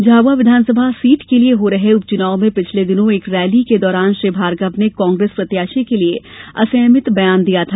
झाबुआ विधानसभा सीट के लिये हो रहे उपचुनाव में पिछले दिनों एक रैली के दौरान श्री भार्गव ने कांग्रेस प्रत्याशी के लिये असंयमित बयान दिया था